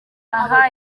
aha